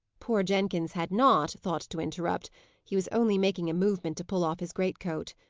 poor jenkins had not thought to interrupt he was only making a movement to pull off his great-coat.